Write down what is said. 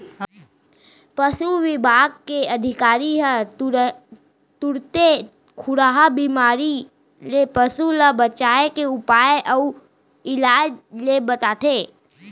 पसु बिभाग के अधिकारी ह तुरते खुरहा बेमारी ले पसु ल बचाए के उपाय अउ इलाज ल बताथें